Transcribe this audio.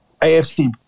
AFC